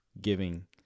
giving